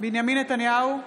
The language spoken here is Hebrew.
בנימין נתניהו,